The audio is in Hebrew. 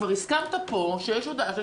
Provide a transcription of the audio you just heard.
כבר הסכמת פה שיש הודעה.